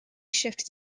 shift